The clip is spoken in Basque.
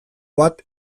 bat